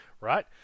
Right